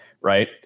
right